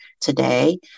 today